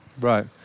Right